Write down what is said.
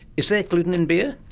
is there gluten in beer?